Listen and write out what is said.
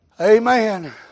Amen